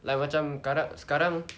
like macam sekarang